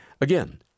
Again